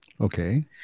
okay